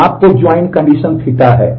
तो आपको join condition Ɵ है